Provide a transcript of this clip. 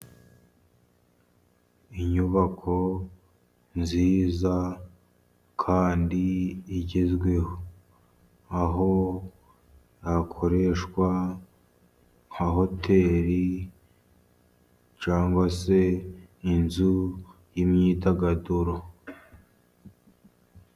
Inyubako nziza kandi igezweho, aho hakoreshwa nka hoteli cyangwa se, inzu y'imyidagaduro.